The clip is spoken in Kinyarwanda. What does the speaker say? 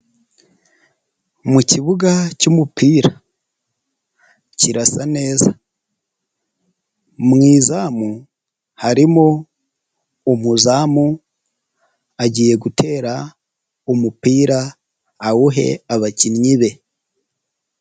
Mu kibuga cy'umupira, kirasa neza mu izamu harimo umuzamu, agiye gutera umupira awuhe abakinnyi be.